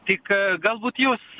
tik galbūt jos